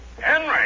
Henry